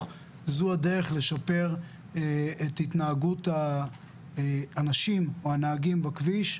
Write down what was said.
זו הדרך לשפר את התנהגות האנשים או הנהגים בכביש,